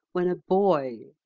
when a boy.